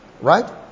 Right